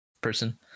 person